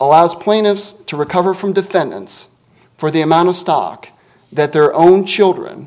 allows plaintiffs to recover from defendants for the amount of stock that their own children